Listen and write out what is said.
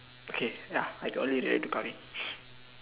okay ya I can only relate to Kelvin